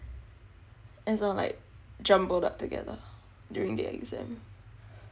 it's all like jumbled up together during the exam